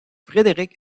frédéric